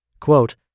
Quote